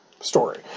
story